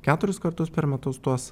keturis kartus per metus tuos